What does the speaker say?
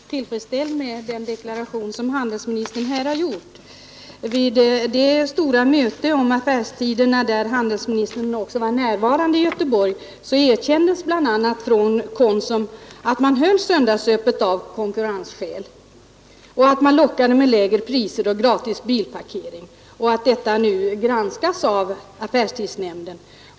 Herr talman! Jag är tillfredsställd med den deklaration handelsministern här har gjort. Vid det stora möte i Göteborg om affärstiderna, där handelsministern också var närvarande, erkändes bl.a. från Konsum att man höll söndagsöppet av konkurrensskäl och att man lockade med lägre priser och gratis bilparkering. Detta granskas nu av affärstidsnämnden.